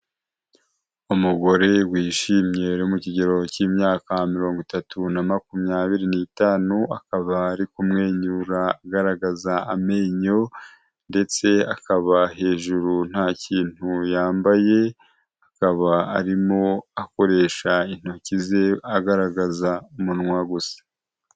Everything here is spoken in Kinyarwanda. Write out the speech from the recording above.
Umugore wishimye uri mu kigero cy'imyaka mirongo itatu na makumyabiri n'itanu, akaba ari kumwenyura agaragaza amenyo ndetse akaba hejuru nta kintu yambaye, akaba arimo akoresha intoki ze agaragaza umunwa gusa.